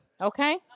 Okay